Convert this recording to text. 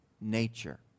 nature